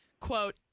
Quote